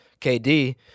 KD